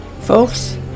folks